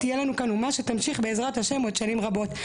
תהיה לנו כאן אומה שתמשיך בעזרת השם עוד שנים רבות".